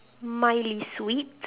mildly sweet